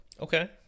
Okay